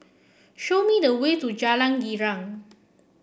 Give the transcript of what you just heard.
show me the way to Jalan Girang